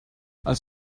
als